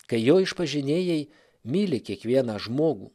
kai jo išpažinėjai myli kiekvieną žmogų